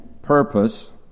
Purpose